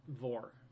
Vor